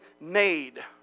made